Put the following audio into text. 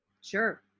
Sure